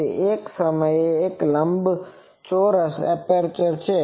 તે એક લંબચોરસ એપ્રેચર છે